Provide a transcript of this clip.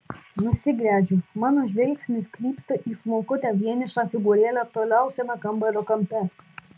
nusigręžiu mano žvilgsnis krypsta į smulkutę vienišą figūrėlę toliausiame kambario kampe